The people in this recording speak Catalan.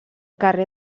carrer